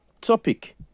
Topic